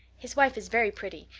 his wife is very pretty.